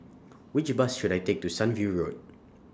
Which Bus should I Take to Sunview Road